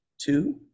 two